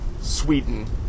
Sweden